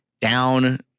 down